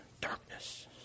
Darkness